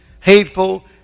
hateful